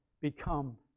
become